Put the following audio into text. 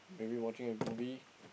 maybe watching a movie